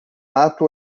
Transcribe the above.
ato